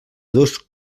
dos